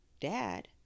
dad